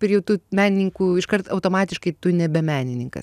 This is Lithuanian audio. ir jau tu menininku iškart automatiškai tu nebe menininkas